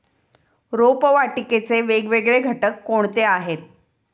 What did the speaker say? रोपवाटिकेचे वेगवेगळे घटक कोणते आहेत?